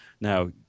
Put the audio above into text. now